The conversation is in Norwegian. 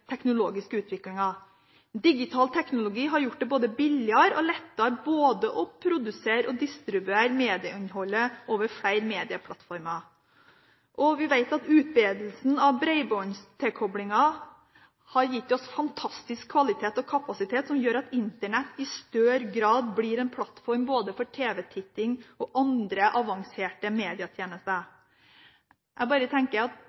teknologiske utviklingen. Digital teknologi har gjort det både billigere og lettere å produsere og distribuere medieinnholdet over flere medieplattformer, og vi vet at utbredelsen av bredbåndstilkoblingen har gitt oss en fantastisk kvalitet og kapasitet, som gjør at Internett i større grad blir en plattform både for tv-titting og for andre avanserte medietjenester. Jeg bare tenker: Hvem ville for fem år siden trodd at